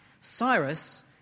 Cyrus